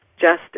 justice